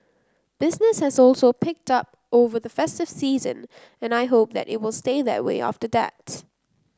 business has also picked up over the festive season and I hope that it will stay that way after that